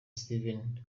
steven